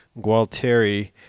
Gualteri